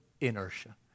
inertia